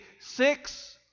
six